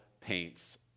paints